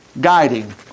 guiding